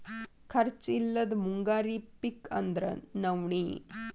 ಖರ್ಚ್ ಇಲ್ಲದ ಮುಂಗಾರಿ ಪಿಕ್ ಅಂದ್ರ ನವ್ಣಿ